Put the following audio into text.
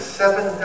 seven